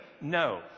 no